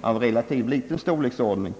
av relativt liten storleksordning.